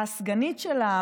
הסגנית שלה,